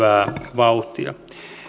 vauhtia